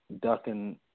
ducking